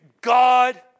God